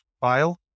file